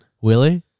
Willie